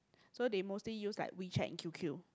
so they mostly use like WeChat and Q_Q